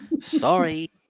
sorry